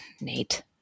Nate